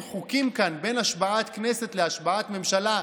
חוקים כאן בין השבעת כנסת להשבעת ממשלה,